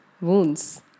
wounds